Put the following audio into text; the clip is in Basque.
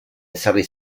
ezarri